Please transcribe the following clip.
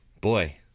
Boy